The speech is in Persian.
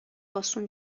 آسون